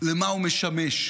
אדוני היושב-ראש,